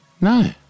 No